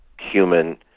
human